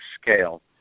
scale